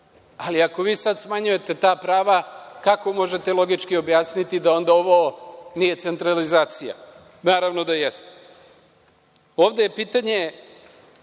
ali ako vi sada smanjujete ta prava, kako možete logički objasniti da onda ovo nije centralizacija? Naravno, da jeste. Ovde je pitanje